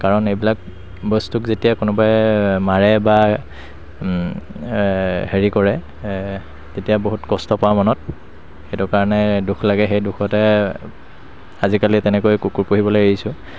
কাৰণ এইবিলাক বস্তুক যেতিয়া কোনোবাই মাৰে বা হেৰি কৰে তেতিয়া বস্তু কষ্ট পাওঁ মনত সেইটো কাৰণে দুখ লাগে সেই দুখতে আজিকালি তেনেকৈ কুকুৰ পুহিবলৈ এৰিছোঁ